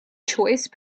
choice